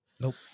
Nope